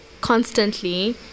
constantly